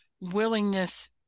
willingness